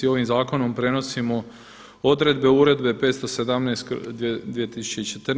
Ovim zakonom prenosimo odredbe Uredbe 517/